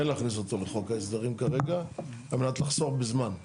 כן להכניס אותו לחוק ההסדרים כרגע על מנת לחסוך בזמן.